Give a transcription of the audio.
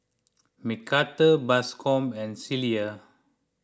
Macarthur Bascom and Cilla